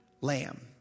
lamb